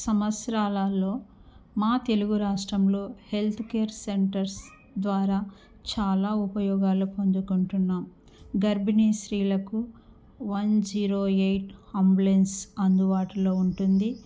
సంవత్సరాలల్లో మా తెలుగు రాష్ట్రంలో health care centres ద్వారా చాలా ఉపయోగాలు పొందుకుంటున్నాం గర్భిణీ స్త్రీలకు వన్ జీరో ఎయిట్ అంబులెన్స్ అందుబాటులో ఉంటుంది